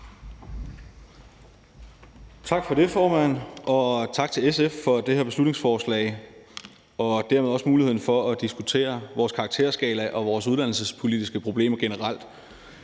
Tak for det, formand, og tak til SF for det her beslutningsforslag og dermed også muligheden for at diskutere vores karakterskala og vores uddannelsespolitiske problemer generelt.